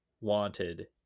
wanted